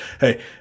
Hey